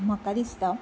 म्हाका दिसता